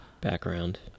background